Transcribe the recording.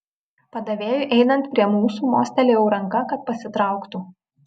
padavėjui einant prie mūsų mostelėjau ranka kad pasitrauktų